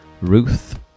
Ruth